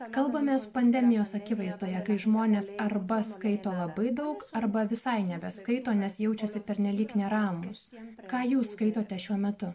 kalbamės pandemijos akivaizdoje kai žmonės arba skaito labai daug arba visai nebeskaito nes jaučiasi pernelyg neramūs ką jūs skaitote šiuo metu